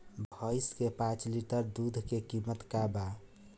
भईस के पांच लीटर दुध के कीमत का बा?